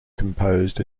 composed